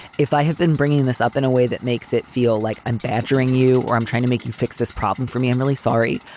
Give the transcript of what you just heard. if i have been bringing this up in a way that makes it feel like i'm badgering you or i'm trying to make you fix this problem for me, i'm really sorry.